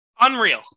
Unreal